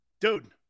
Dude